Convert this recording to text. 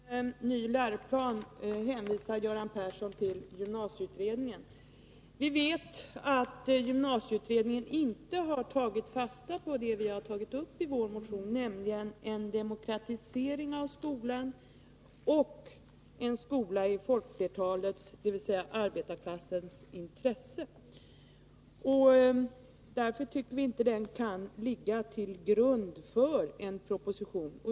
Fru talman! När det gäller vårt krav på en ny läroplan hänvisar Göran Persson till gymnasieutredningen. Vi vet att gymnasieutredningen inte har tagit fasta på det som vi har tagit upp i vår motion, nämligen en demokratisering av skolan och en skola i folkflertalets, dvs. arbetarklassens, intresse. Därför tycker vi inte att dess betänkande kan ligga till grund för en proposition.